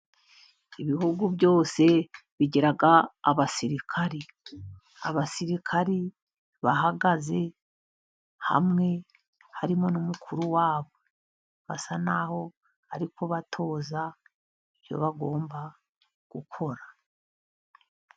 Ibihugu byose bigira abasirikari, abasirikari bahagaze hamwe harimo n'umukuru wabo, basa naho ari kubatoza ibyo bagomba gukora.